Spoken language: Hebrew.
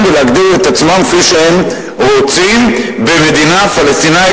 ולהגדיר את עצמם כפי שהם רוצים במדינה פלסטינית